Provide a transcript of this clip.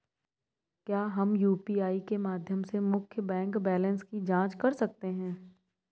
क्या हम यू.पी.आई के माध्यम से मुख्य बैंक बैलेंस की जाँच कर सकते हैं?